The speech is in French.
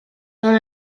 dans